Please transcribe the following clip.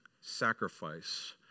sacrifice